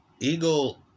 Eagle